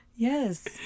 Yes